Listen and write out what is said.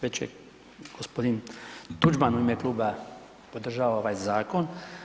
Već je gospodin Tuđman u ime kluba podržao ovaj zakon.